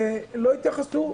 לא התייחסו,